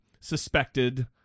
Suspected